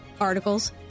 articles